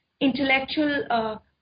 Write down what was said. intellectual